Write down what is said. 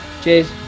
Cheers